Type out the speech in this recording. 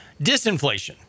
Disinflation